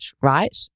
right